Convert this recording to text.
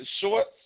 shorts